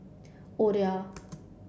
Olia